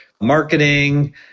marketing